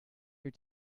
your